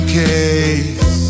case